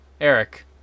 Eric